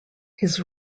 his